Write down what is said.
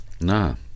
no